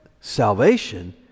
salvation